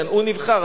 כן, הוא נבחר.